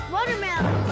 Watermelon